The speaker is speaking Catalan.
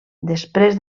després